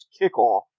kickoff